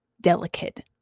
delicate